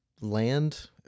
land